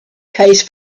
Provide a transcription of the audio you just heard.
case